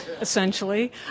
Essentially